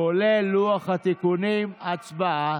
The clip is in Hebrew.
כולל לוח התיקונים, הצבעה.